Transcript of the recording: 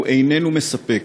איננו מספק.